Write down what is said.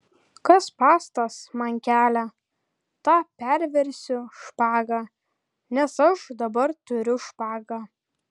kas pastos man kelią tą perversiu špaga nes aš dabar turiu špagą